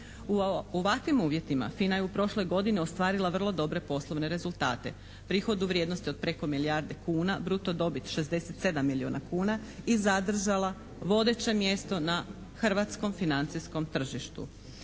U ovakvim uvjetima FINA je u prošloj godini ostvarila vrlo dobre poslovne rezultate. Prihod u vrijednosti od preko milijarde kuna, bruto dobit 67 milijuna kuna i zadržala vodeće mjesto na hrvatskom financijskom tržištu.